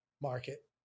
market